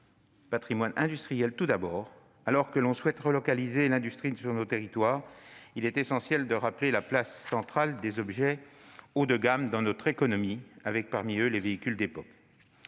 Un patrimoine industriel, tout d'abord : alors que nous souhaitons relocaliser l'industrie dans les territoires, il est essentiel de rappeler la place centrale des objets haut de gamme dans notre économie, avec parmi eux les véhicules d'époque.